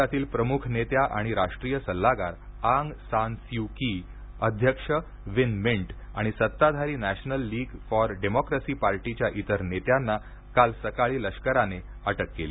देशातील प्रमुख नेत्या आणि राष्ट्रीय सल्लागार ऑग सान स्यू की अध्यक्ष विन मिंट आणि सत्ताधारी नॅशनल लीग फॉर डेमोक्रेसी पार्टीच्या इतर नेत्यांना काल सकाळी लष्कराने अटक केली